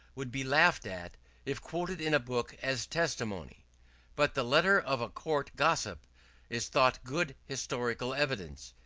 would be laughed at if quoted in a book as testimony but the letter of a court gossip is thought good historical evidence,